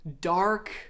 dark